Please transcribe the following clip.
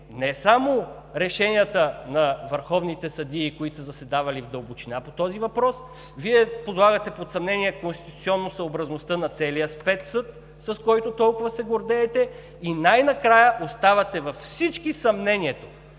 не само решенията на върховните съдии, които са заседавали и обсъждали в дълбочина тези въпроси. Вие подлагате под съмнение конституционносъобразността на целия спецсъд, с който толкова се гордеете, и най-накрая оставяте във всички съмнението,